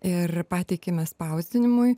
ir pateikiame spausdinimui